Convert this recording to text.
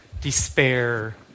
despair